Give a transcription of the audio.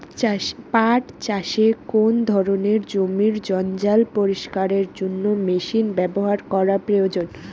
পাট চাষে কোন ধরনের জমির জঞ্জাল পরিষ্কারের জন্য মেশিন ব্যবহার করা প্রয়োজন?